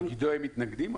למגידו הם מתנגדים?